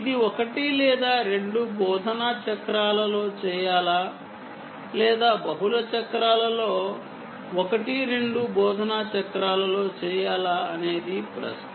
ఇది ఒకటి లేదా రెండు ఇన్స్ట్రక్షన్ సైకిల్స్ లో చేయాలా లేదా మల్టిపుల్ సైకిల్స్ లో చేయాలా అనేది ప్రశ్న